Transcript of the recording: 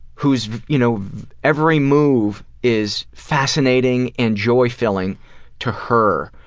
whose you know every move is fascinating and joy-filling to her?